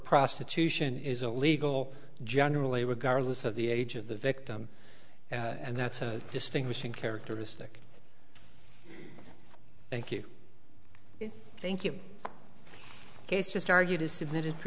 prostitution is illegal generally regardless of the age of the victim and that's a distinguishing characteristic thank you thank you it's just argued is submitted